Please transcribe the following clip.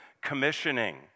commissioning